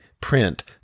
print